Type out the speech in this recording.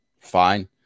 fine